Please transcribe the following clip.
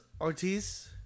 Ortiz